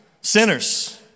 sinners